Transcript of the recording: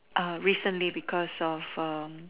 uh recently because of um